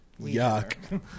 yuck